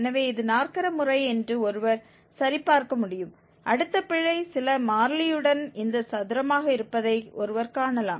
எனவே இது நாற்கர முறை என்று ஒருவர் சரிபார்க்க முடியும் அடுத்த பிழை சில மாறிலியுடன் இந்த சதுரமாக இருப்பதை ஒருவர் காணலாம்